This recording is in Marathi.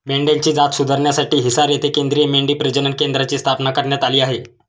मेंढ्यांची जात सुधारण्यासाठी हिसार येथे केंद्रीय मेंढी प्रजनन केंद्राची स्थापना करण्यात आली आहे